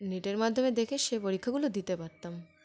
নেটের মাধ্যমে দেখে সে পরীক্ষাগুলো দিতে পারতাম